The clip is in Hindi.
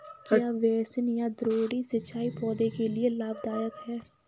क्या बेसिन या द्रोणी सिंचाई पौधों के लिए लाभदायक है?